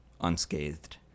unscathed